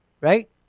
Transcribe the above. Right